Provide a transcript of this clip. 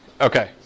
Okay